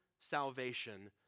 Salvation